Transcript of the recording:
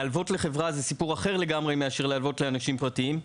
להלוות לחברה זה סיפור אחר לגמרי מאשר להלוות לאנשים פרטיים.